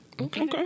Okay